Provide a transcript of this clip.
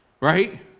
right